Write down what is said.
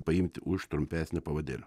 paimti už trumpesnio pavadėlio